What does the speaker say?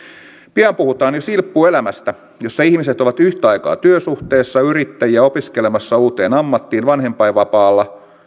pian puhutaan jo silppuelämästä jossa ihmiset ovat yhtä aikaa työsuhteessa yrittäjiä opiskelemassa uuteen ammattiin vanhempainvapaalla ja